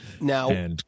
now